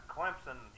Clemson